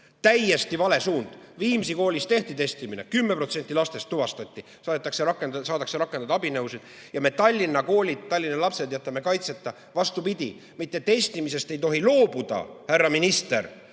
Täiesti vale suund! Viimsi koolis tehti testimine, 10% [nakatunud] lastest tuvastati, saadakse rakendada abinõusid. Ja me Tallinna koolide lapsed jätame kaitseta! Vastupidi, testimisest ei tohi loobuda, härra minister,